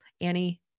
Annie